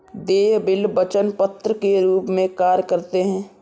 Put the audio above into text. देय बिल वचन पत्र के रूप में कार्य करते हैं